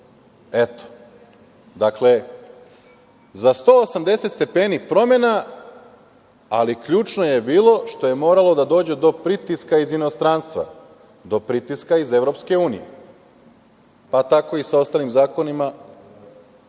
Dakle, za 180 stepeni promena, ali ključno je bilo što je moralo da dođe do pritiska iz inostranstva, do pritiska iz EU, pa tako i sa ostalim zakonima